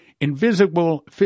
Invisible